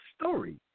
story